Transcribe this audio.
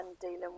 dealing